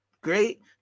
Great